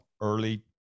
early